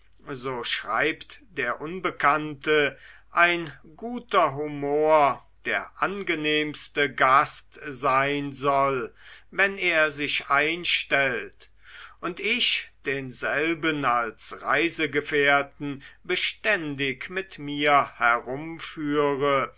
so schreibt der unbekannte ein guter humor der angenehmste gast sein soll wenn er sich einstellt und ich denselben als reisegefährten beständig mit mir herumfahre